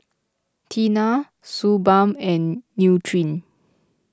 Tena Suu Balm and Nutren